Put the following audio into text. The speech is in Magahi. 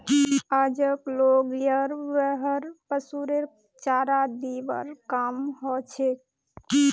आजक लोग यार व्यवहार पशुरेर चारा दिबार काम हछेक